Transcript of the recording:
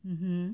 hmm